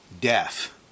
death